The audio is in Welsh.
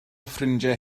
ffrindiau